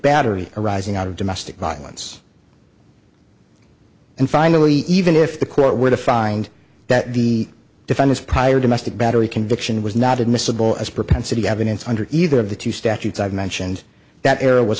battery arising out of domestic violence and finally even if the court were to find that the defendant's prior domestic battery conviction was not admissible as propensity evidence under either of the two statutes i've mentioned that era was